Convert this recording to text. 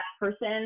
person